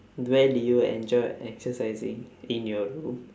where do you enjoy exercising in your room